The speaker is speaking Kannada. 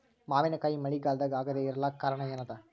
ಮಾವಿನಕಾಯಿ ಮಳಿಗಾಲದಾಗ ಆಗದೆ ಇರಲಾಕ ಕಾರಣ ಏನದ?